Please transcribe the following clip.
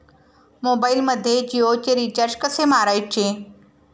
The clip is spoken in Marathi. मोबाइलमध्ये जियोचे रिचार्ज कसे मारायचे?